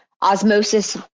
Osmosis